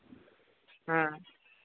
ᱦᱮᱸ